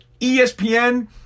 ESPN